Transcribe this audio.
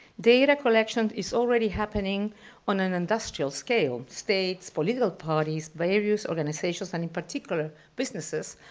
data collection is already happening on an industrial scale, states, political parties, various organizations, and in particular businesses,